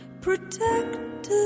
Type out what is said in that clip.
protected